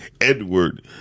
Edward